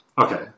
Okay